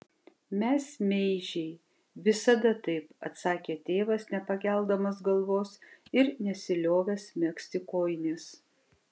mes meižiai visada taip atsakė tėvas nepakeldamas galvos ir nesiliovęs megzti kojinės